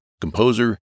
composer